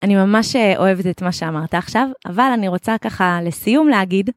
אני ממש אוהבת את מה שאמרת עכשיו, אבל אני רוצה ככה לסיום להגיד...